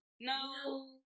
No